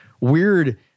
weird